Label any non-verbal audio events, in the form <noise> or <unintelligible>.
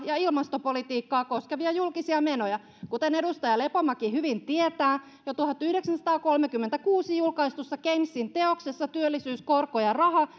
ja ilmastopolitiikkaa koskevia julkisia menoja kuten edustaja lepomäki hyvin tietää jo tuhatyhdeksänsataakolmekymmentäkuusi julkaistussa keynesin teoksessa työllisyys korko ja raha <unintelligible>